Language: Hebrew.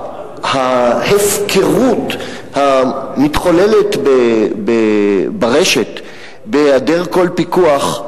ההפקרות המתחוללת ברשת בהיעדר כל פיקוח,